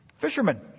Fishermen